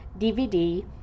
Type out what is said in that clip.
DVD